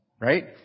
Right